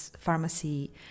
pharmacy